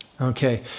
Okay